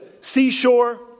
seashore